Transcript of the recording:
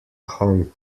hong